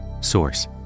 Source